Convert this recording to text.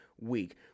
week